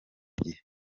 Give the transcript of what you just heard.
gihe